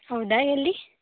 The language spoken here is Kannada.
ಹೌದಾ ಎಲ್ಲಿ